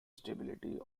stability